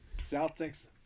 Celtics